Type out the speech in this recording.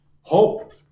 Hope